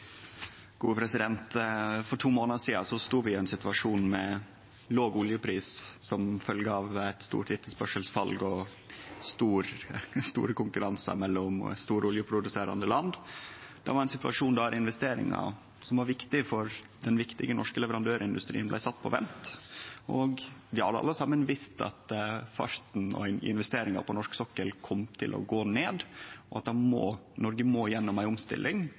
For to månader sidan stod vi i ein situasjon med låg oljepris som følgje av eit stort etterspørselsfall og stor konkurranse mellom store oljeproduserande land. Det var ein situasjon der investeringar som var viktige for den viktige norske leverandørindustrien, blei sette på vent. Vi har alle visst at investeringane på norsk sokkel kom til å gå ned, og at Noreg må gjennom ei omstilling,